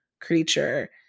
Creature